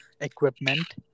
equipment